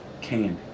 candy